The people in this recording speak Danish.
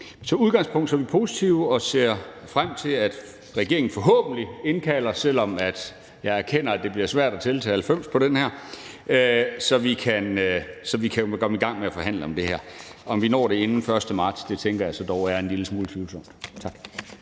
Som udgangspunkt er vi positive og ser frem til, at regeringen forhåbentlig indkalder til møde, selv om jeg erkender, at det bliver svært at tælle til 90 på det her forslag, så vi kan komme i gang med at forhandle om det. Om vi når det inden den 1. marts, tænker jeg dog er en lille smule tvivlsomt. Tak.